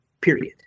period